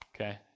okay